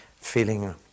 feeling